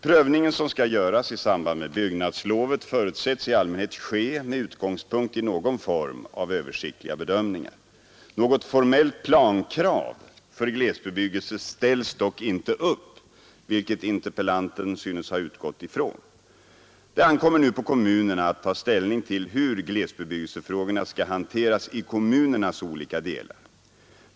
Prövningen, som skall göras i samband med byggnadslovet, förutsätts i allmänhet ske med utgångspunkt i någon form av översiktliga bedömningar. Något formellt plankrav för glesbebyggelse ställs dock inte upp, vilket interpellanten synes ha utgått från. Det ankommer nu på kommunerna att ta ställning till hur glesbebyggelsefrågorna skall hanteras i kommunernas olika delar.